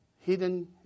hidden